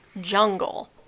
jungle